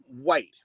white